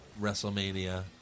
WrestleMania